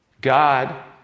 God